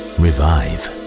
revive